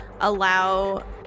allow